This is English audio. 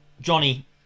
Johnny